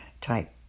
type